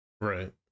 Right